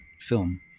film